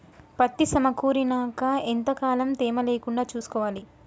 పత్తి సమకూరినాక ఎంత కాలం తేమ లేకుండా చూసుకోవాలి?